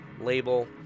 label